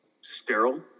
sterile